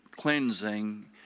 Cleansing